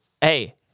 hey